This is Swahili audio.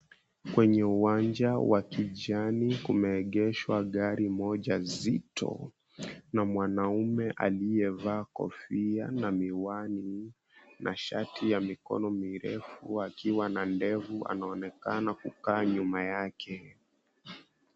Kwenye uwanja wa kijani kumeegeshwa gari moja zito na mwanaume aliyevaa kofia na miwani na shati ya mikono mirefu akiwa na ndevu anaonekana kukaa nyuma yake.